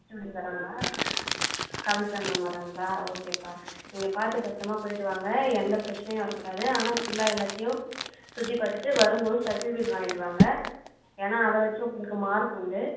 HOD வராங்களா Kavitha ma'am வராங்களா okay பா நீங்கள் பார்த்து பத்தரமாக போய்விட்டு வாங்க எந்த பிரச்சனையும் வரக்கூடாது ஆனால் ஃபுல்லாக எல்லாத்தையும் சுற்றி பார்த்துட்டு வரும் போது சர்ட்டிஃபிகேட் வாங்கிகிட்டு வாங்க ஏன்னா அதை வச்சு உங்களுக்கு மார்க் உண்டு